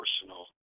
personal